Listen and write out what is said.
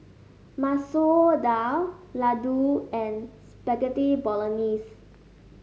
Masoor Dal Ladoo and Spaghetti Bolognese